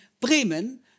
Bremen